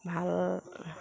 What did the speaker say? ভাল